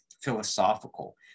philosophical